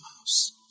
house